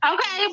Okay